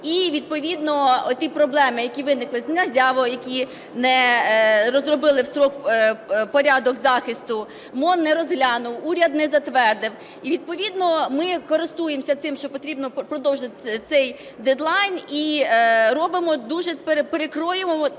і відповідно ті проблеми, які виникли з НАЗЯВО, які не розробили в строк порядок захисту, МОН не розглянув, уряд не затвердив. І відповідно ми користуємося цим, що потрібно продовжити цей дедлайн, і робимо дуже… перекроюємо,